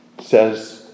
says